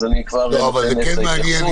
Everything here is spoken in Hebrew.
אז אני כבר נותן התייחסות.